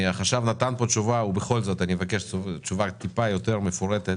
החשב נתן פה תשובה ובכל זאת אני אבקש תשובה טיפה יותר מפורטת